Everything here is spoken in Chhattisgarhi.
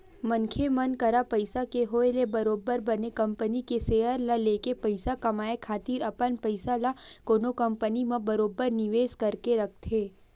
मनखे मन करा पइसा के होय ले बरोबर बने कंपनी के सेयर ल लेके पइसा कमाए खातिर अपन पइसा ल कोनो कंपनी म बरोबर निवेस करके रखथे